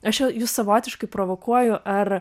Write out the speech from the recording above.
aš ju jus savotiškai provokuoju ar